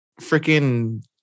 freaking